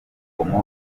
rukomo